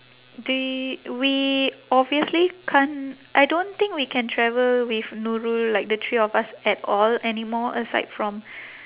d~ we obviously can't I don't think we can travel with nurul like the three of us at all anymore aside from